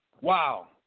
wow